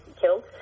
killed